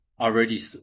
already